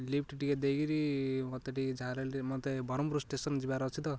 lift ଟିକିଏ ଦେଇକିରି ମୋତେ ଟିକିଏ ଯାହାହେଲେ ମୋତେ ବ୍ରହ୍ମପୁର ଷ୍ଟେସନ୍ ଯିବାର ଅଛି ତ